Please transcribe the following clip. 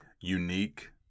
unique